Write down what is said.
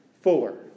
Fuller